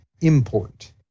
import